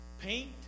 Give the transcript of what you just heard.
paint